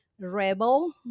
rebel